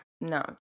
No